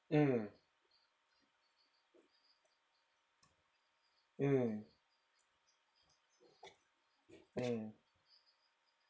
mm mm mm